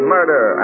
Murder